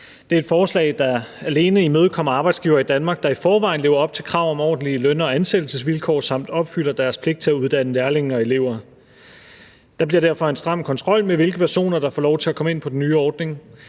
Det er et forslag, der alene imødekommer arbejdsgivere i Danmark, der i forvejen lever op til krav om ordentlige løn- og ansættelsesvilkår samt opfylder deres pligt til at uddanne lærlinge og elever. Der bliver derfor en stram kontrol med, hvilke personer der får lov til at komme ind på den nye ordning.